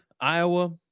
Iowa